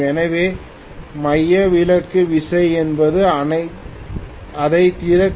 எனவே மையவிலக்கு விசை என்பது அதைத் திறக்கும்